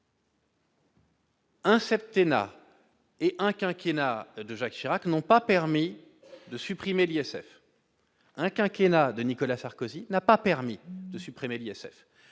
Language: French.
Un septennat et un quinquennat de Jacques Chirac n'ont pas permis de supprimer l'ISF ; un quinquennat de Nicolas Sarkozy n'a pas permis de supprimer l'ISF